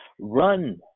run